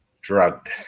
Drugged